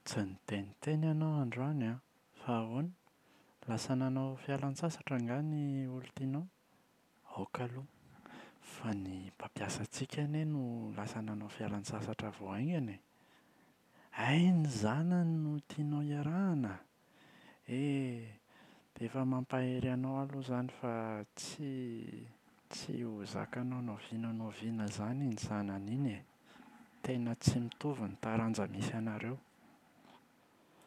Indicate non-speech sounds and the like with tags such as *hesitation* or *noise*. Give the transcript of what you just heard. Tsy niteniteny ianao androany an, fa ahoana? Lasa nanao fialan-tsasatra angaha ny olon-tianao? Aoka aloha, fa ny mpampiasantsika anie no *hesitation* lasa nanao fialan-tsasatra vao aingana e. Hay ny zanany no tianao hiarahana? Eee! Dia efa mampahery anao aho aloha izany fa *hesitation* tsy *hesitation* tsy ho zakanao na oviana na oviana izany iny zanany iny e. Tena tsy mitovy ny taranja misy anareo.